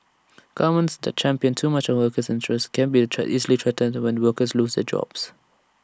governments that champion too much of workers' interests can be A try easily threatened when workers lose their jobs